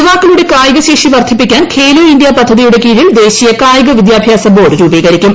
യുവാക്കളുടെ കായികശേഷി വർദ്ധിപ്പിക്കാൻ ഖേലോ ഇന്ത്യ പദ്ധതിയുടെ കീഴിൽ ദേശീയ കായിക വിദ്യാഭ്യാസ ബോർഡ് രൂപീകരിക്കും